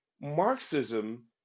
Marxism